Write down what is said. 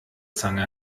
zange